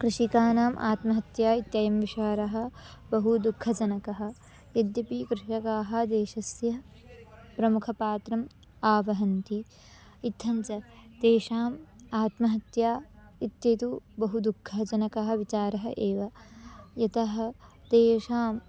कृषिकाणाम् आत्महत्या इत्ययं विचारः बहु दुःखजनकः यद्यपि कृषकाः देशस्य प्रमुखपात्रम् आवहन्ति इत्थञ्च तेषाम् आत्महत्या इत्यतु बहु दुःखजनकः विचारः एव यतः तेषाम्